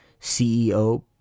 CEO